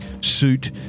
suit